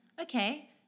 Okay